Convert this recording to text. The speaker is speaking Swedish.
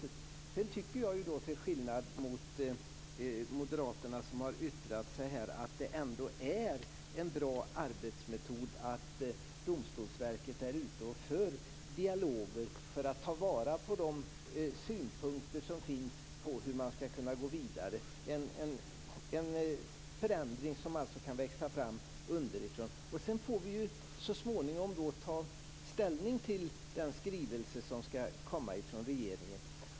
Sedan tycker jag till skillnad från de moderater som har yttrat sig att det ändå är en bra arbetsmetod att Domstolsverket för dialoger för att ta vara på de synpunkter som finns på hur man ska kunna gå vidare. Det är en förändring som alltså kan växa fram underifrån. Sedan får vi ju så småningom ta ställning till den skrivelse som ska komma från regeringen.